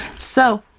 so,